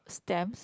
stamps